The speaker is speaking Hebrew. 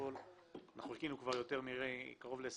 לפרוטוקול שאנחנו חיכינו כבר קרוב ל-20